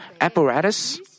apparatus